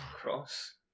Cross